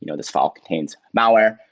you know this file contains malware,